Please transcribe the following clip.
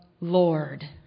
Lord